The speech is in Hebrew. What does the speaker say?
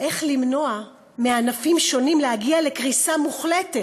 איך למנוע שענפים שונים יגיעו לקריסה מוחלטת,